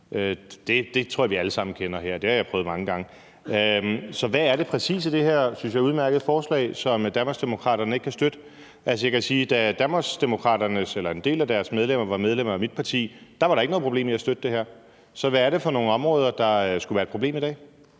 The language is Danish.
Det tror jeg vi alle sammen kender her. Det har jeg prøvet mange gange. Så hvad er det præcis i det her, synes jeg, udmærkede forslag, som Danmarksdemokraterne ikke kan støtte? Jeg kan jo sige, at der, da en del af Danmarksdemokraternes medlemmer var medlemmer af mit parti, ikke var noget problem i at støtte det her. Så hvad er det for nogle områder, hvor der skulle være et problem i dag?